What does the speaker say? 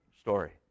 story